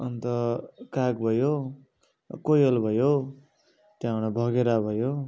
अन्त काग भयो कोयल भयो त्यहाँबाट भँगेरा भयो